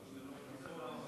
גם וגם.